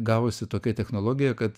gavosi tokia technologija kad